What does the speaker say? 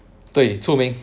对出名